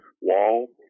wall